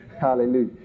Hallelujah